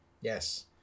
Yes